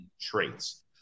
traits